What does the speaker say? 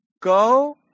Go